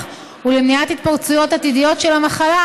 ולמניעת התפרצויות עתידיות של המחלה,